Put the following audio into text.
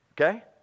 Okay